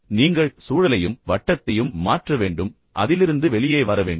இப்போது நீங்கள் சூழலையும் வட்டத்தையும் மாற்ற வேண்டும் பின்னர் அதிலிருந்து வெளியே வர வேண்டும்